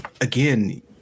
again